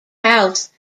house